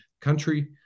country